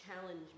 challenge